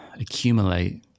accumulate